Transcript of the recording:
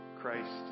Christ